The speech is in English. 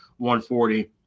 140